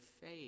faith